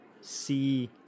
see